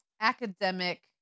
Academic